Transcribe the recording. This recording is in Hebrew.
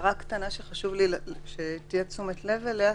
הערה קטנה שחשוב לי שתהיה תשומת לב אליה.